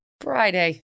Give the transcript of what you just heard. Friday